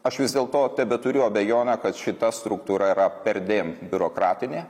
aš vis dėl to tebeturiu abejonę kad šita struktūra yra perdėm biurokratinė